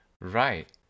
Right